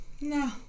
No